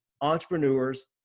entrepreneurs